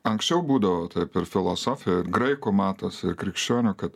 anksčiau būdavo taip ir filosofijoj ir graikų matuose ir krikščionių kad